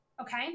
Okay